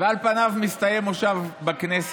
ועל פניו מסתיים מושב בכנסת.